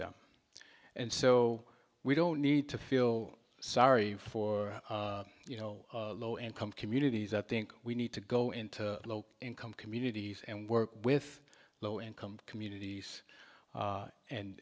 them and so we don't need to feel sorry for you know low income communities i think we need to go into low income communities and work with low income communities